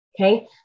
okay